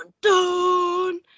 dun